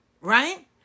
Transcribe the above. right